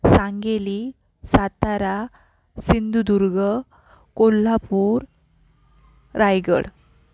Sangli Satara Sindhudurg Kolhapur Raigad